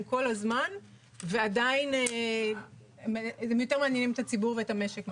כל הזמן ועדיין הם יותר מעניינים את הציבור ואת המשק.